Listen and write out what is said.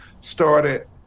started